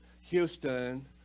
Houston